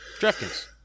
DraftKings